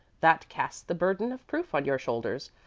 that casts the burden of proof on your shoulders.